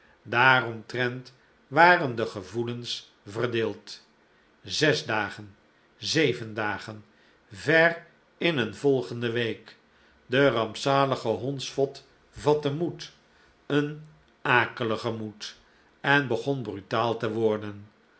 daaromtrent waren de gevoelens verdeeld zes dagen zeven dagen ver in eene volgende week de rampzalige hondsvot vatte moed een akeligen moed en begon brutaal te worden